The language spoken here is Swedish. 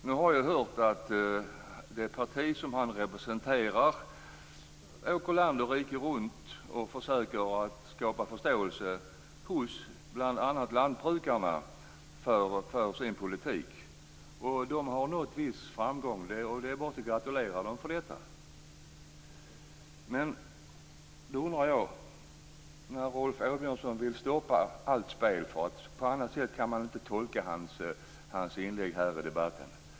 Jag har hört att det parti som han representerar åker land och rike runt och försöker skapa förståelse hos bl.a. lantbrukarna för sin politik. De har nått viss framgång. Det är bara att gratulera dem för detta. Rolf Åbjörnsson vill stoppa allt spel. På annat sätt kan man inte tolka hans inlägg i debatten.